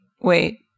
Wait